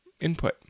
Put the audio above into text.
input